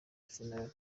juvenal